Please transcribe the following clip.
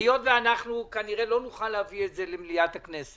היות שאנחנו כנראה שלא נוכל להביא את זה למליאת הכנסת,